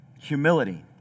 Humility